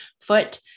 foot